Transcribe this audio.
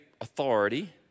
authority